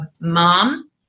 mom